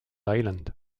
island